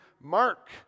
Mark